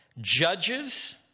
Judges